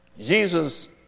Jesus